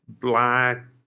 black